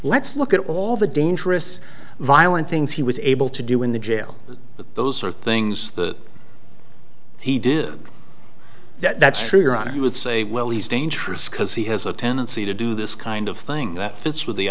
let's look at all the dangerous violent things he was able to do in the jail but those are things that he did that's true your honor he would say well he's dangerous because he has a tendency to do this kind of thing that fits with the